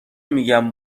میگن